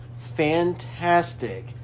fantastic